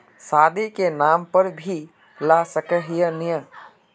शादी के नाम पर भी ला सके है नय?